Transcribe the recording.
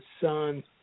son